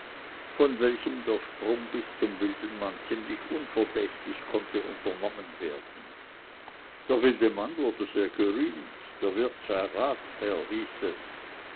von welchem der sprung bis zum wildenmann ziemlich unverdächtig konnte unternommen werden der wildenmann wurde sehr gerühmt der wirt sei ratsherr hieß es